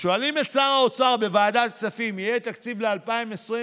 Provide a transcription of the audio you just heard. כששואלים את שר האוצר בוועדת כספים: יהיה תקציב ל-2021?